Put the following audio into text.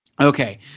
okay